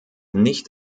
nicht